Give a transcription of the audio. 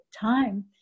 time